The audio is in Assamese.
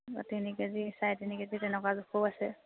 তিনি কেজি চাৰে তিনি কেজি তেনেকুৱা জোখৰো আছে